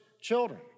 children